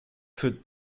für